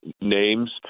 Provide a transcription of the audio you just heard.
names